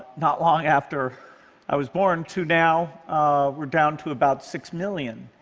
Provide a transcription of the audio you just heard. not long after i was born to now um we're down to about six million.